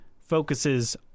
focuses